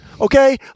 Okay